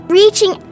reaching